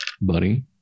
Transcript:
buddy